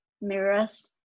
mirrors